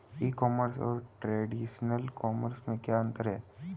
ई commerce और traditional commerce में क्या अंतर है?